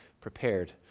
prepared